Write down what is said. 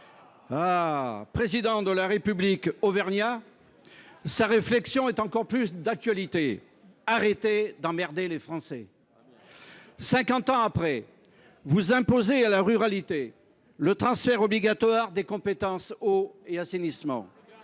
Président de la République auvergnat, sa réflexion est encore plus d’actualité :« Arrêtez d’emmerder les Français !» Cinquante ans après, vous imposez à la ruralité le transfert obligatoire des compétences « eau et assainissement